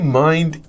mind